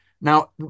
Now